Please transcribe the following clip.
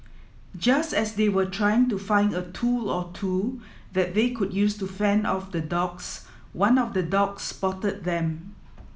just as they were trying to find a tool or two that they could use to fend off the dogs one of the dogs spotted them